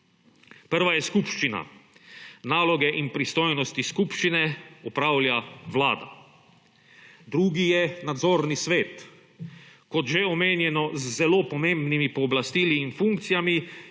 Prva je skupščina. Naloge in pristojnosti skupščine opravlja Vlada. Drugi je nadzorni svet. Kot že omenjeno, z zelo pomembnimi pooblastili in funkcijami,